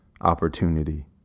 opportunity